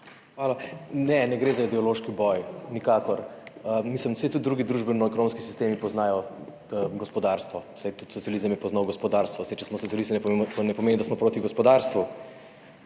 Hvala. Ne, ne gre za ideološki boj, nikakor, saj tudi drugi družbenoekonomski sistemi poznajo gospodarstvo, saj tudi socializem je poznal gospodarstvo. Če smo socialisti, to ne pomeni, da smo proti gospodarstvu.